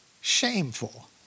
shameful